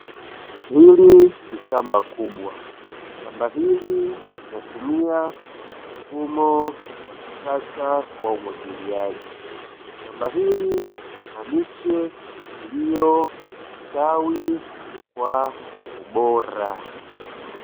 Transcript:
Hili ni shamba kubwa. Shamba hili linatumia mfumo wa kisasa wa umwagiliaji. Shamba hili lina miche iliyostawi kwa ubora.